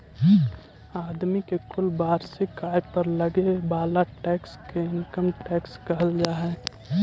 आदमी के कुल वार्षिक आय पर लगे वाला टैक्स के इनकम टैक्स कहल जा हई